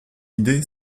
idée